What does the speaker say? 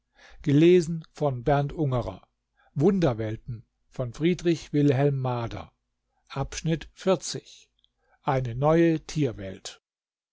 eine neue tierwelt